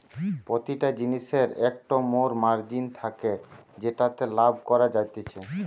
প্রতিটা জিনিসের একটো মোর মার্জিন থাকে যেটাতে লাভ করা যাতিছে